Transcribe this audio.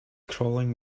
crawling